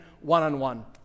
one-on-one